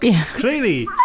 clearly